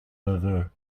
neveu